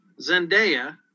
Zendaya